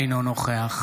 אינו נוכח